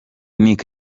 nic